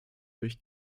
durch